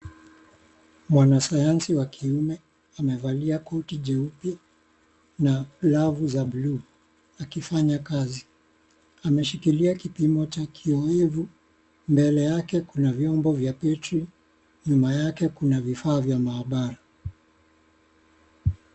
Mwanasayansi wa kiume amevalia koti jeupe na glavu za blue akifanya kazi. Ameshikilia kipimo cha kiwevu. Mbele yake kuna vyombo vya battery . Nyuma yake kuna vifaa vya maabara.